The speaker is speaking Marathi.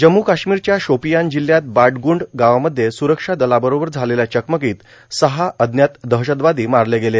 जम्मू काश्मीरच्या शोर्पपयान जिल्हयात बाटग्रंड गावामधे सुरक्षा दलांबरोबर झालेल्या चकमकोत सहा अज्ञात दहशतवार्दो मारले गेले